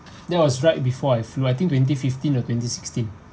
that was right before I flew I think twenty fifteen or twenty sixteen